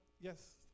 Yes